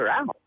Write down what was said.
out